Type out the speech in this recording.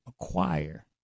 acquire